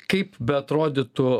kaip beatrodytų